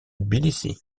tbilissi